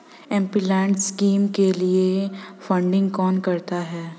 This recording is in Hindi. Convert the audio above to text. एमपीलैड स्कीम के लिए फंडिंग कौन करता है?